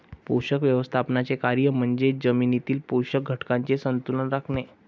पोषक व्यवस्थापनाचे कार्य म्हणजे जमिनीतील पोषक घटकांचे संतुलन राखणे